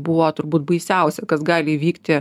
buvo turbūt baisiausia kas gali įvykti